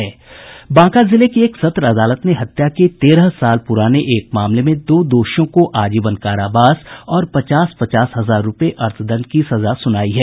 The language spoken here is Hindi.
बांका जिले की एक सत्र अदालत ने हत्या के तेरह साल पुराने एक मामले में दो दोषियों को आजीवन कारावास और पचास पचास हजार रुपये अर्थदंड की सजा सुनाई है